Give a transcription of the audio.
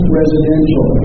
residential